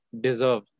deserve